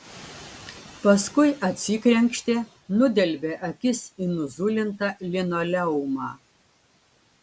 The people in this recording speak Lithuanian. paskui atsikrenkštė nudelbė akis į nuzulintą linoleumą